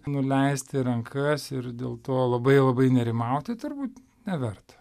nuleisti rankas ir dėl to labai labai nerimauti turbūt neverta